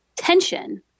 tension